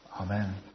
Amen